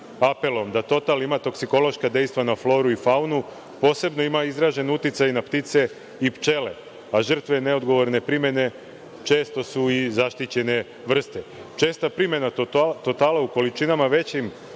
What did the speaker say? apelom da total ima toksikološka dejstva na floru i faunu, posebno ima izražen uticaj na ptice i pčele, a žrtve neodgovorne primene često su i zaštićene vrste. Česta primena totala u količinama većim